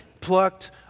plucked